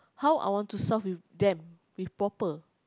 how I want to solve with them with proper